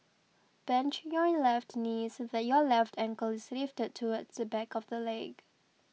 bend your left knee so that your left ankle is lifted towards the back of the leg